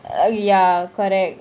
ah ya correct